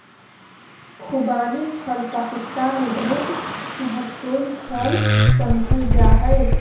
खुबानी फल पाकिस्तान में बहुत महत्वपूर्ण फल समझल जा हइ